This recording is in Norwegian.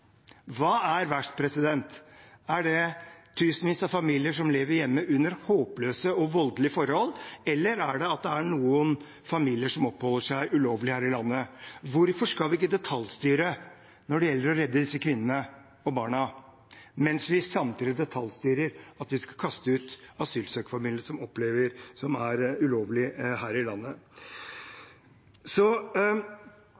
Er det at tusenvis av familier lever hjemme under håpløse og voldelige forhold, eller er det at det er noen familier som oppholder seg ulovlig her i landet? Hvorfor skal vi ikke detaljstyre for å redde disse kvinnene og barna, når vi samtidig detaljstyrer det å kaste ut asylsøkerfamilier som er her i landet ulovlig?